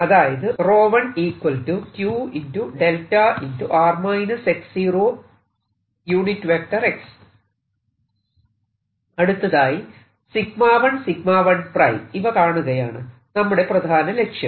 അതായത് അടുത്തതായി 𝜎1 𝜎1 ʹ ഇവ കാണുകയാണ് നമ്മുടെ പ്രധാന ലക്ഷ്യം